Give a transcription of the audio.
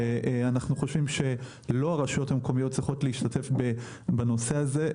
ואנחנו חושבים שלא הרשויות המקומיות צריכות להשתתף בנושא הזה,